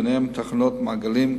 ביניהן תחנות מעגלים,